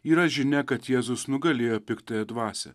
yra žinia kad jėzus nugalėjo piktąją dvasią